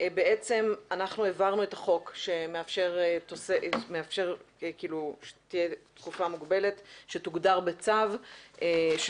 בעצם אנחנו העברנו את החוק שמאפשר שתהיה תקופה מוגבלת שתוגדר בצו של